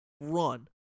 run